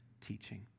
teaching